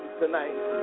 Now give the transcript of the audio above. tonight